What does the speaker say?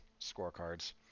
scorecards